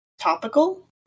topical